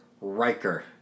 Riker